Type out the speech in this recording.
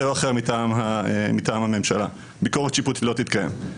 או אחר מטעם הממשלה ביקורת שיפוטית לא תתקיים.